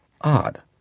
Odd